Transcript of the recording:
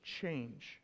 change